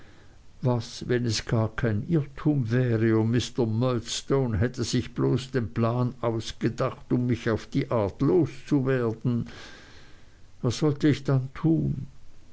was wenn es gar kein irrtum wäre und mr murdstone hätte sich bloß den plan ausgedacht um mich auf die art los zu werden was sollte ich dann tun